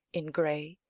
in gray,